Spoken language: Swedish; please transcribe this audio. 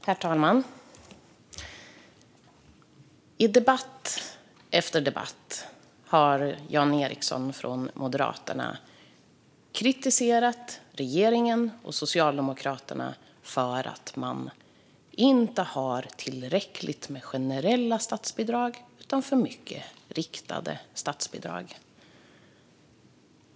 Herr talman! I debatt efter debatt har Jan Ericson från Moderaterna kritiserat regeringen och Socialdemokraterna för att de inte har tillräckligt med generella statsbidrag utan för många riktade statsbidrag.